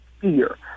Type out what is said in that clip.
fear